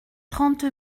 trente